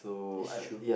that's true